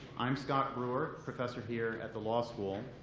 i'm scott brewer, professor here at the law school.